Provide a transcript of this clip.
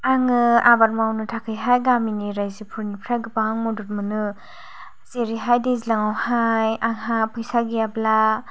आङो आबाद मावनो थाखाय हाय गामिनि रायजोनिफ्राय गोबां मदद मोनो जेरै हाय दैज्लाङाव हाय आंहा फैसा गैयाब्ला